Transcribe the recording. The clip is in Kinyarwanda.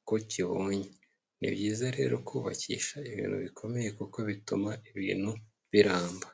uko kibonye, ni byiza rero kubakisha ibintu bikomeye kuko bituma ibintu biramba.